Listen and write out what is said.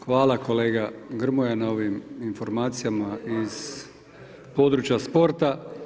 Hvala kolega Grmoja na ovim informacijama iz područja sporta.